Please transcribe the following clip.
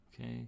okay